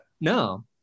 no